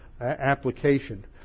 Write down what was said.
application